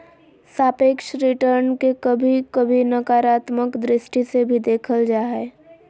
सापेक्ष रिटर्न के कभी कभी नकारात्मक दृष्टि से भी देखल जा हय